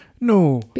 no